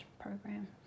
program